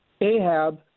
Ahab